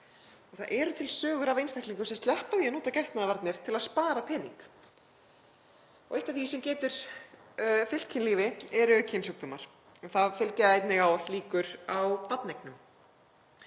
Það eru til sögur af einstaklingum sem sleppa því að nota getnaðarvarnir til að spara pening. Eitt af því sem getur fylgt kynlífi eru kynsjúkdómar og þá fylgja einnig ávallt líkur á barneignum.